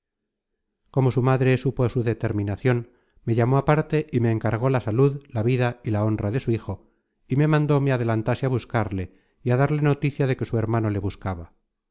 como su madre supo su determinacion me llamó aparte y me encargó la salud la vida y la honra de su hijo y me mandó me adelantase á buscarle y á darle noticia de que su hermano le buscaba